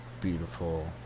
beautiful